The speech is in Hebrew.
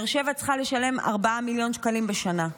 באר שבע צריכה לשלם 4 מיליון שקלים בשנה.